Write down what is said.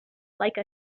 like